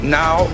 now